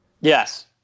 Yes